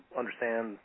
understand